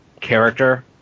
character